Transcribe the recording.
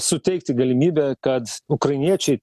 suteikti galimybę kad ukrainiečiai